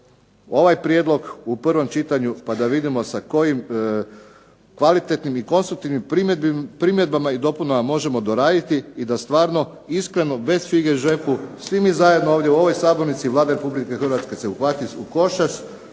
ovaj prijedlog u prvom čitanju, pa da vidimo sa kojim kvalitetnim i konstruktivnim primjedbama i dopunama možemo doraditi i da stvarno iskreno, bez fige v žepu svi mi zajedno ovdje u ovoj sabornici Vlada Republike Hrvatske se uhvati u koštac